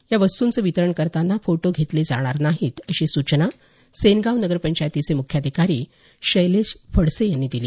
या वस्तुंचं वितरण करताना फोटो घेतले जाणार नाहीत अशी सूचना सेनगाव नगर पंचायतीचे मुख्याधिकारी शैलेश फडसे यांनी दिली